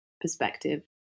perspective